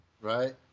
Right